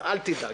אבל אל תדאג.